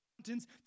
mountains